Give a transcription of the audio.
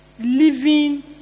Living